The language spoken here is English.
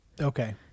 Okay